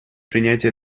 принятие